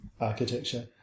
architecture